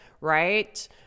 right